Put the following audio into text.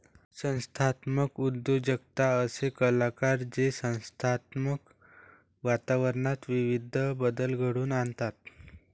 संस्थात्मक उद्योजकता असे कलाकार जे संस्थात्मक वातावरणात विविध बदल घडवून आणतात